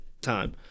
time